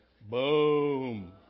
Boom